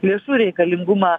lėšų reikalingumą